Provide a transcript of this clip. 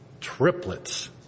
triplets